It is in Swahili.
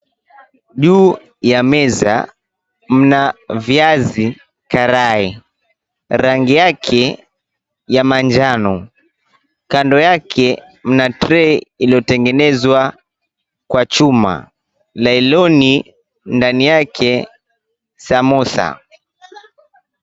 Juu ya meza, mna viazi karai, rangi yake, ya manjano. Kando yake, mna trei iliyotengenezwa kwa chuma, nailoni ndani yake samosa.